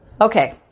Okay